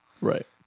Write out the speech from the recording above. Right